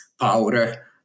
powder